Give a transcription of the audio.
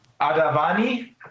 Adavani